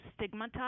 stigmatize